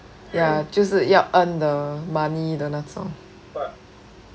ya 就是要 earn the money 的那种